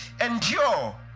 endure